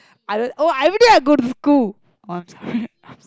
I~ I ever day I go to school oh I'm sorry